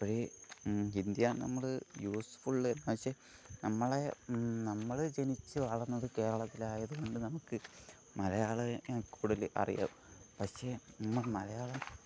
അപ്പോഴെ ഹിന്ദിയാണ് നമ്മൾ യൂസ്നഫുൾ എന്നുശ്ശേ നമ്മളെ നമ്മൾ ജനിച്ചു വളർന്നത് കേരളത്തിലായതുകൊണ്ട് നമുക്ക് മലയാളമേ കൂടുതൽ അറിയാവൂ പക്ഷെ നമ്മൾ മലയാളം